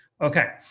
Okay